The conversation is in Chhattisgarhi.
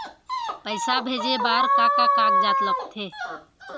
पैसा भेजे बार का का कागजात लगथे?